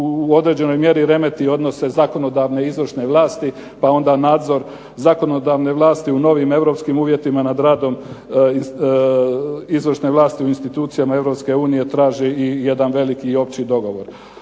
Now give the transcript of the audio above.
u određenoj mjeri remeti odnose zakonodavne, izvršne vlasti, pa onda nadzor zakonodavne vlasti u novim europskim uvjetima nad radom izvršne vlasti u institucijama Europske unije traži i jedan veliki opći dogovor.